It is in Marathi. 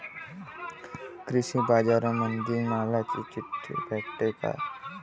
कृषीबाजारामंदी मालाची चिट्ठी भेटते काय?